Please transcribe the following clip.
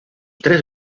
tres